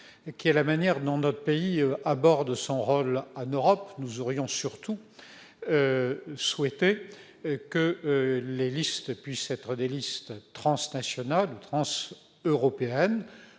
qui est la manière dont notre pays aborde son rôle en Europe, nous aurions surtout souhaité que les listes puissent être transnationales ou transeuropéennes.